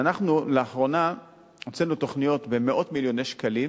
לאחרונה אנחנו הוצאנו תוכניות במאות מיליוני שקלים